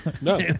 No